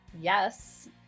Yes